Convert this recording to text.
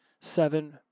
seven